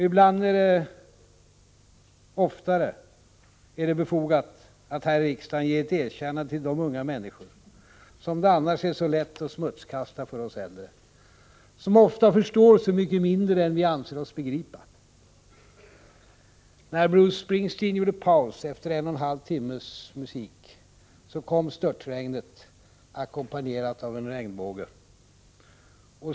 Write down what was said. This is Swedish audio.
Ibland — oftare än vad som sker — är det befogat att här i riksdagen ge de unga människor ett erkännande som det annars för oss äldre är så lätt att smutskasta, som ofta förstår så mycket mindre än vi anser oss begripa. När Bruce Springsteen gjorde en paus, efter en och en halv timmes musik, kom störtregnet, ackompanjerat av en regnbåge.